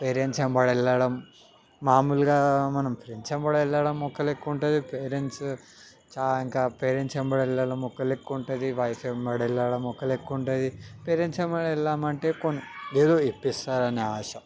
parents వెంబడి వెళ్ళడం మామూలుగా మనం ఫ్రెండ్స్ వెంబడి వెళ్ళడం ఒక లెక్క ఉంటుంది ఇంక పేరెంట్స్ వెంబడి వెళ్ళడం ఒక లెక్క ఉంటుంది వైఫ్ వెంబడి వెళ్ళడం ఒక లెక్క ఉంటుంది పేరెంట్స్ వెంబడి వెళ్దాం అంటే కొంచెం ఏదో ఇప్పిస్తారని ఆశ